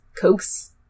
Coke's